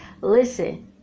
listen